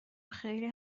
خیلی